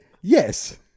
yes